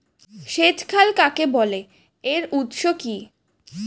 সেচ খাল কাকে বলে এর উৎস কি?